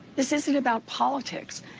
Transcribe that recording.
this isn't about politics.